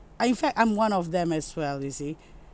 uh in fact I'm one of them as well you see